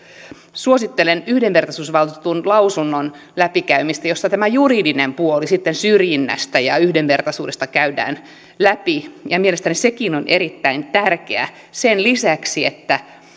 suosittelen yhdenvertaisuusvaltuutetun lausunnon läpikäymistä jossa tämä juridinen puoli syrjinnästä ja ja yhdenvertaisuudesta käydään läpi mielestäni sekin on erittäin tärkeä sen lisäksi että